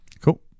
Cool